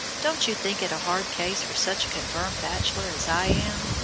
don't you think it a hard case for such a confirmed bachelor as i am?